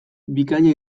bikaina